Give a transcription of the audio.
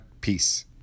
Peace